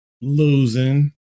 losing